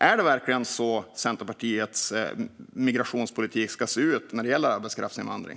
Är det verkligen så Centerpartiets migrationspolitik ska se ut när det gäller arbetskraftsinvandring?